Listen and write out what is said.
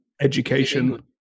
education